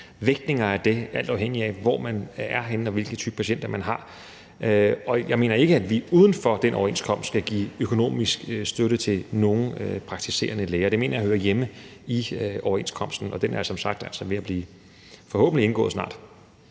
vægtninger af det alt afhængigt af, hvor man er henne, og hvilke typer patienter man har. Jeg mener ikke, at vi uden for den overenskomst skal give økonomisk støtte til nogen praktiserende læger. Det mener jeg hører hjemme i overenskomsten, og den er som sagt ved at blive indgået, forhåbentlig snart.